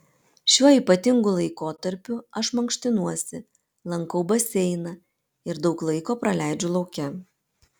šiuo ypatingu laikotarpiu aš mankštinuosi lankau baseiną ir daug laiko praleidžiu lauke